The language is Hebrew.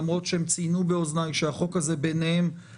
למרות שהם ציינו באוזניי שהחוק הזה בהקשר